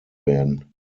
werden